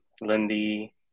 Lindy